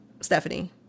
Stephanie